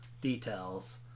details